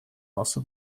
also